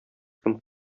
кем